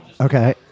Okay